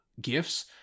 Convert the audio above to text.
gifts